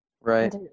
right